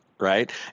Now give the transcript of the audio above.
right